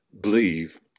believe